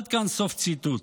עד כאן, סוף ציטוט.